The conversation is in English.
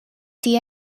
the